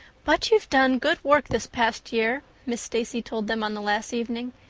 but you've done good work this past year, miss stacy told them on the last evening,